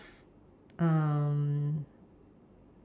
um